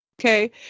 Okay